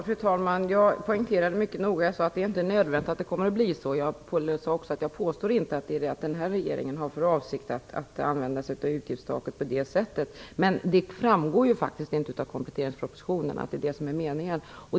Fru talman! Jag poängterade mycket noggrant att det inte är nödvändigt att det kommer att bli så. Jag påstår inte heller att regeringen har för avsikt att använda sig av utgiftstaket på det sättet. Men det framgår faktiskt inte av kompletteringspropositionen vad det är som är meningen.